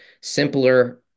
simpler